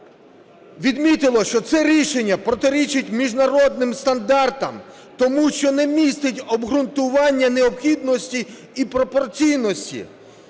відмітило, що це рішення протирічить міжнародним стандартам, тому що не містить обґрунтування необхідності і пропорційності